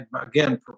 again